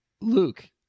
Luke